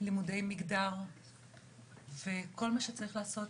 לימודי מגדר וכל מה שצריך לעשות.